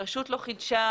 הרשות לא חידשה,